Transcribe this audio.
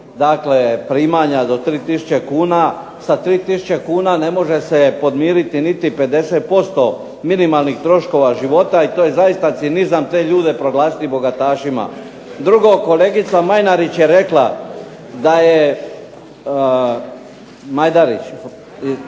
imali primanja do 3 tisuće kuna. Sa 3 tisuće kuna ne može se podmiriti niti 50% minimalnih troškova života i to je zaista cinizam te ljude proglasiti bogatašima. Drugo, kolegica Majdenić je rekla da je potrošnja